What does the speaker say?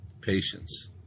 patience